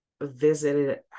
visited